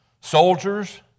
soldiers